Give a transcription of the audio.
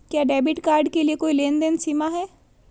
क्या debit card के लिए कोई लेनदेन सीमा है?